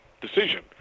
decision